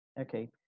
okay